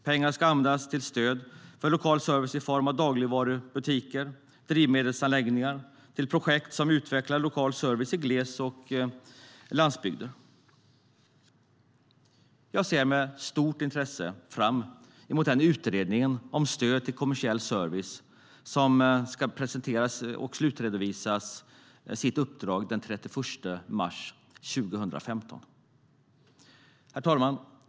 Pengarna ska användas för stöd till lokal service i form av dagligvarubutiker och drivmedelsanläggningar samt till projekt som utvecklar lokal service i gles och landsbygd. Jag ser med stort intresse fram emot utredningen om stöd till kommersiell service som ska slutredovisa sitt uppdrag den 31 mars 2015.Herr talman!